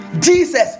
jesus